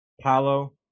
Paolo